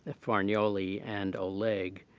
ah farinelli and oleg,